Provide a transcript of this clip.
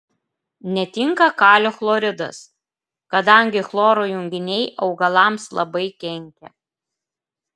netinka kalio chloridas kadangi chloro junginiai augalams labai kenkia